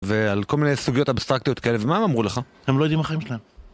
ועל כל מיני סוגיות אבסטרקטיות כאלה, ומה הם אמרו לך? הם לא יודעים מהחיים שלהם.